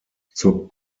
zur